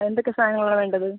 എന്തൊക്കെ സാധനങ്ങളാണ് വേണ്ടത്